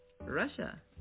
Russia